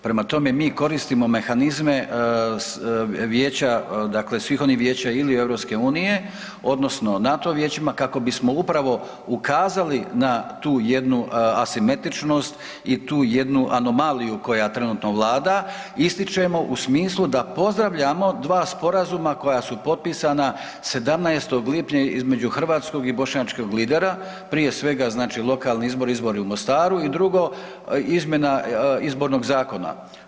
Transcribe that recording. Prema tome, mi koristimo mehanizma svih onih vijeća ili EU odnosno NATO vijećima kako bismo upravo ukazali na tu jednu asimetričnost i tu jednu anomaliju koja trenutno vlada, ističemo u smislu da pozdravljamo dva sporazuma koja su potpisana 17. lipnja između hrvatskog i bošnjačkog lidera, prije svega lokalni izbori, izbori u Mostaru i drugo izmjena izbornog zakona.